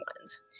ones